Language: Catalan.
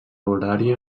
horària